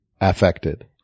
affected